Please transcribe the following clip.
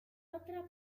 otra